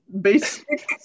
basic